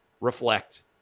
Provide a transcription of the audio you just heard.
reflect